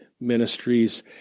ministries